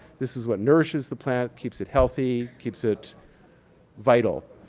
this is what nourishes the plant, keeps it healthy, keeps it vital,